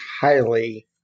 highly